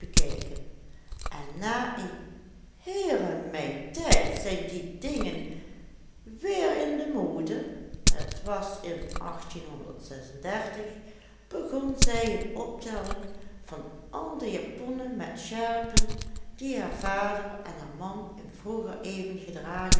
en na een heeremijntijd zijn die dingen weer in de mode het was in begon zij een optelling van al de japonnen met sjerpen die haar vader en haar man in vroeger eeuwen gedragen